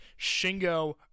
Shingo